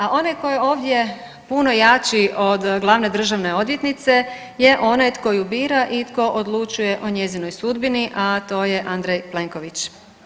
A onaj tko je ovdje puno jači od glavne državne odvjetnice je onaj tko ju bira i tko odlučuje o njezinoj sudbini, a to je Andrej Plenković.